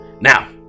Now